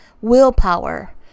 willpower